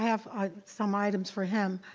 have some items for him.